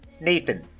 Nathan